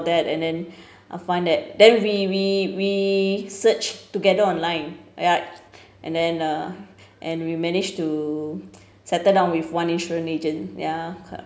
that and then I find that then we we we search together online right and then uh and we managed to settle down with one insurance agent ya